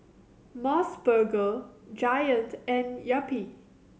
Mos Burger Giant and Yupi